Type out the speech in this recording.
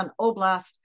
Oblast